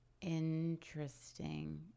Interesting